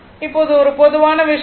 இப்போது ஒரு பொதுவான விஷயம்